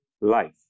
life